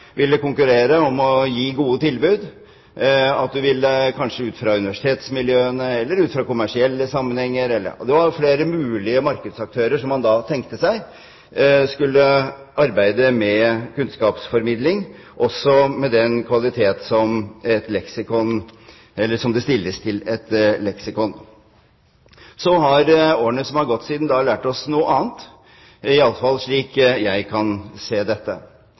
ville konkurrere om å gi gode tilbud, og at man kanskje ut fra universitetsmiljøene eller ut fra kommersielle sammenhenger – det var flere mulige markedsaktører som man da tenkte seg – skulle arbeide med kunnskapsformidling, også med den kvalitet som det stilles til et leksikon. Så har årene som har gått siden da, lært oss noe annet, i hvert fall slik jeg kan se dette.